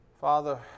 Father